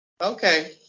Okay